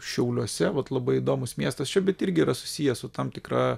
šiauliuose vat labai įdomus miestas čia bet irgi yra susijęs su tam tikra